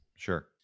Sure